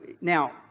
now